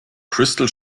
crystal